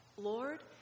Lord